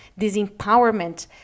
disempowerment